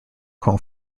kong